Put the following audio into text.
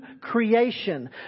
creation